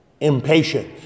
impatient